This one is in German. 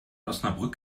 osnabrück